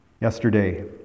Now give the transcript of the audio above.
Yesterday